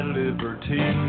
liberty